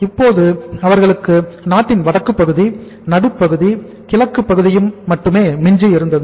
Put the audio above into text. இப்போது அவர்களுக்கு நாட்டின் வடக்குப் பகுதி நடுப்பகுதி கிழக்குப் பகுதியும் மட்டுமே மிஞ்சி இருந்தது